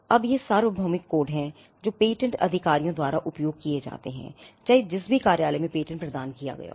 अब ये सार्वभौमिक कोड हैं जो पेटेंट अधिकारियों द्वारा उपयोग किए जाते हैं चाहे जिस भी कार्यालय में पेटेंट प्रदान किया गया हो